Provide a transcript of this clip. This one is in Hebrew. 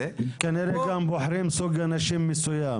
כנראה גם בוחרים סוג מסוים של אנשים,